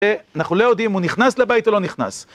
אנחנו לא יודעים אם הוא נכנס לבית או לא נכנס